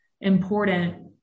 important